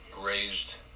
raised